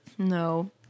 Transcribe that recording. No